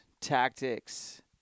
tactics